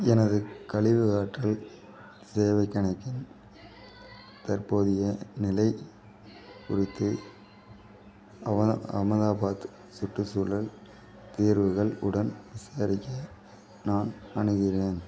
எனது கழிவு அகற்றல் சேவைக் கணக்கின் தற்போதைய நிலை குறித்து அகமதா அகமதாபாத் சுற்றுச்சூழல் தீர்வுகள் உடன் விசாரிக்க நான் அணுகுகிறேன்